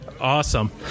awesome